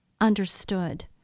understood